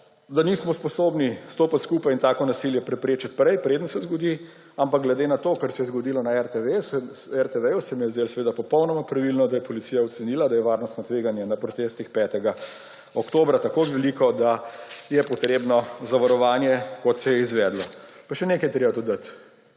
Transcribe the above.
da nismo sposobni stopiti skupaj in tako nasilje preprečiti prej, preden se zgodi. Ampak glede na to, kar se je zgodilo na RTV, se mi je zdelo seveda popolnoma pravilno, da je policija ocenila, da je varnostno tveganje na protestih 5. oktobra tako veliko, da je potrebno zavarovanje, kot se je izvedlo. Pa še nekaj je treba dodati.